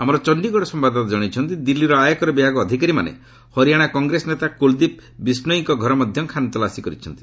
ଆମର ଚଣ୍ଡିଗଡ଼ ସମ୍ପାଦଦାତା ଜଣାଇଛନ୍ତି ଦିଲ୍ଲୀର ଆୟକର ବିଭାଗ ଅଧିକାରୀମାନେ ହରିଆଣା କଂଗ୍ରେସ ନେତା କୁଲଦୀପ ବିଷ୍ଣୋୟିଙ୍କ ଘର ମଧ୍ୟ ଖାନତଲାସ କରାଯାଇଛି